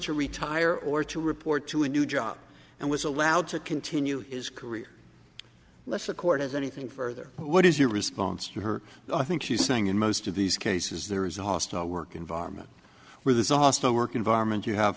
to retire or to report to a new job and was allowed to continue his career less a court as anything further what is your response to her i think she's saying in most of these cases there is a hostile work environment where there's a hostile work environment you have